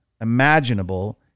imaginable